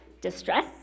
distress